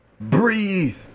Breathe